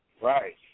Right